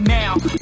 now